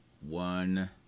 one